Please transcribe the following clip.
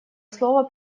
слово